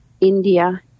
India